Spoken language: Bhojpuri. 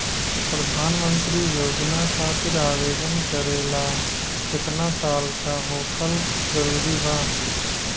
प्रधानमंत्री योजना खातिर आवेदन करे ला केतना साल क होखल जरूरी बा?